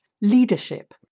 leadership